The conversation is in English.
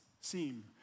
seem